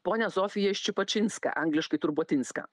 ponią zofiją ščupačinską angliškai turbotinską